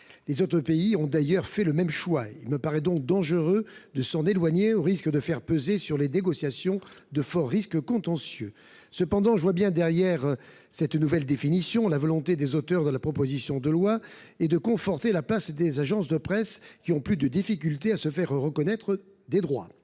Les autres pays ont d’ailleurs fait le même choix. Il me paraît donc dangereux de s’en éloigner, puisque cela risque de faire peser sur les négociations de forts risques contentieux. Cependant, je vois bien derrière cette nouvelle définition la volonté de conforter la place des agences de presse, qui ont plus de difficultés à se faire reconnaître des droits.